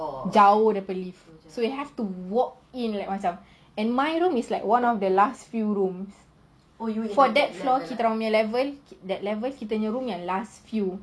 jauh daripada lift so you have to walk in like macam and my room is one of the last few room for that floor kita orang punya that level kita punya room last few